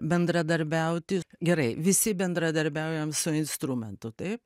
bendradarbiauti gerai visi bendradarbiaujam su instrumentu taip